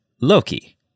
Loki